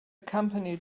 company